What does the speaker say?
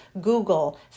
Google